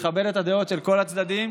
לכבד את הדעות של כל הצדדים,